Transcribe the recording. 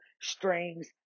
strings